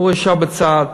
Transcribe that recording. הוא ישב בצד.